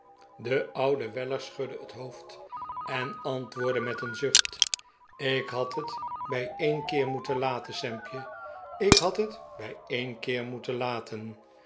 de oude weller schudde het hoofd en antwoordde met een zucht ik had het bij een keer moeten laten sampje ik had het bij een keer moeten laten